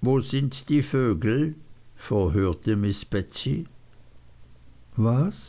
wo sind die vögel verhörte miß betsey was